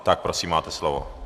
Tak prosím, máte slovo.